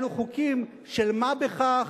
אלו חוקים של מה בכך,